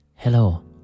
Hello